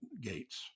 gates